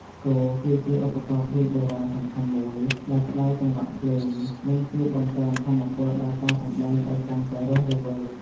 ស្គរ គឺជាឧបករណ៍ភ្លេងបុរាណសំខាន់មួយ ដែលផ្តល់ចង្វាក់ភ្លេង និងជួយបង្កើនថាមពលដល់ការសម្តែងឲ្យកាន់តែរស់រវើក។